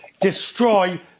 destroy